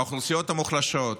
האוכלוסיות המוחלשות,